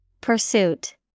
Pursuit